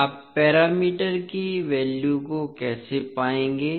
आप पैरामीटर की वैल्यू को कैसे पाएंगे